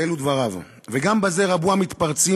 ואלו דבריו: "וגם בזה רבו המתפרצים,